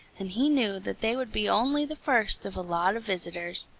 and he knew that they would be only the first of a lot of visitors.